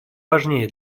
важнее